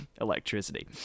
electricity